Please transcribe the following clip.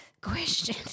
question